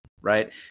right